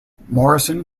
morrison